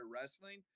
wrestling